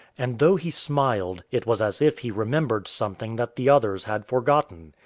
and though he smiled, it was as if he remembered something that the others had forgotten.